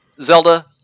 Zelda